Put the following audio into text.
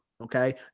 Okay